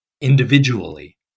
individually